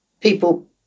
People